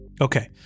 Okay